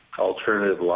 alternative